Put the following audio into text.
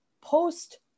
post